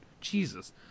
Jesus